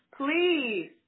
please